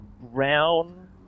brown